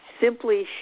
simply